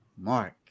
Mark